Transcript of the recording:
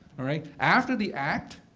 all right? after the act,